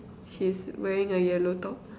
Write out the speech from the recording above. she's wearing a yellow top